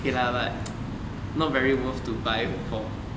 okay lah but not very worth to buy for